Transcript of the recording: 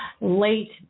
Late